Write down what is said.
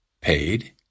paid